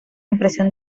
impresión